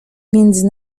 między